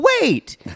wait